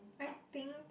I think